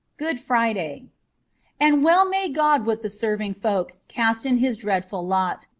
good friday and well may god with the serving folk cast in his dreadful lot.